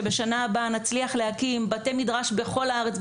שבשנה הבאה נצליח להקים בתי מדרש בכל הארץ,